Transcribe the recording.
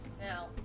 Now